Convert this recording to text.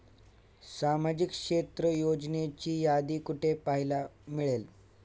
सामाजिक क्षेत्र योजनांची यादी कुठे पाहायला मिळेल?